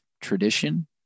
tradition